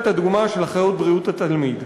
את הדוגמה של אחיות בריאות התלמיד.